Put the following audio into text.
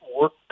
work